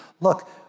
look